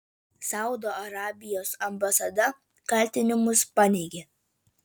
saudo arabijos ambasada kaltinimus paneigė